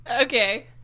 okay